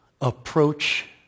approach